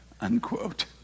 unquote